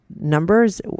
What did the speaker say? Numbers